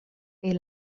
est